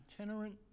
itinerant